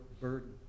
burden